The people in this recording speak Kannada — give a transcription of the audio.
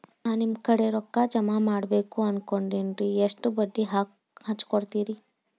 ನಾ ನಿಮ್ಮ ಕಡೆ ರೊಕ್ಕ ಜಮಾ ಮಾಡಬೇಕು ಅನ್ಕೊಂಡೆನ್ರಿ, ಎಷ್ಟು ಬಡ್ಡಿ ಹಚ್ಚಿಕೊಡುತ್ತೇರಿ?